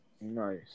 nice